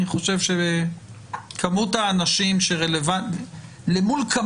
אם כי גם בזה אני חושב שכמות האנשים שזה רלוונטי לגביהם בטלה